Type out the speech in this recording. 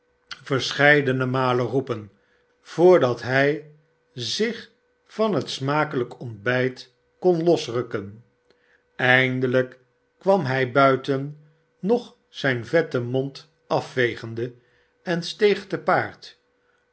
verscheidene malen roepen voordat hij zich van het smakelijk ontbijt kon losrukken eindelijk kwam hij buiten nog zijn vetten mond afvegende en steeg te paard